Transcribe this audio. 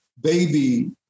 baby